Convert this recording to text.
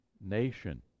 nation